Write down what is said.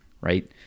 Right